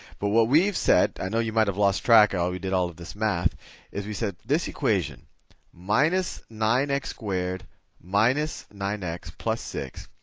but what we've said, i know you might have lost track we did all this math is we said, this equation minus nine x squared minus nine x plus six.